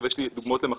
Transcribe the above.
אבל יש לי דוגמאות למכביר